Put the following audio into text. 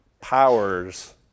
powers